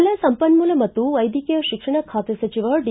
ಜಲಸಂಪನ್ಮೂಲ ಮತ್ತು ವೈದ್ಯಕೀಯ ಶಿಕ್ಷಣ ಬಾತೆ ಸಚಿವ ಡಿ